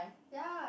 ya